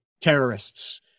terrorists